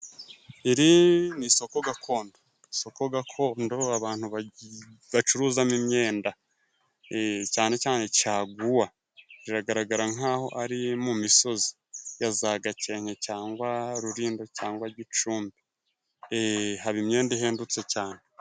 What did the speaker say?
Iri ni isoko gakondo. Isoko gakondo abantu bacuruzamo imyenda. Eh! Cane cane caguwa. Biragaragara nk'aho ari mu misozi ya za Gakenke cyangwa Rulindo cyangwa Gicumbi eeh! Haba imyenda ihendutse cyane.